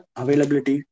availability